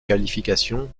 qualification